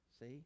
See